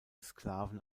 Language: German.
sklaven